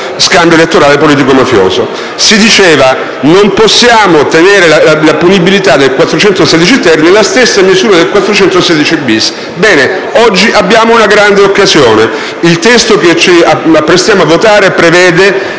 il testo che ci apprestiamo a votare prevede,